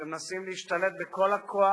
שמנסים להשתלט בכל הכוח,